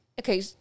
okay